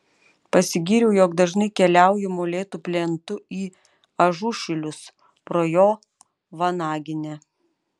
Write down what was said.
pasigyriau jog dažnai keliauju molėtų plentu į ažušilius pro jo vanaginę